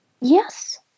Yes